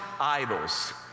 idols